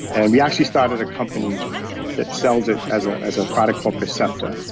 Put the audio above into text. and we actually started a company that sells it as ah as a product called percepta.